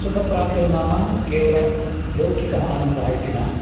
सुखप्राप्तिर्नाम केवलः लौकिकः आनन्दः इति न